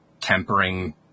tempering